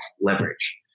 leverage